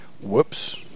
Whoops